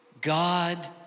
God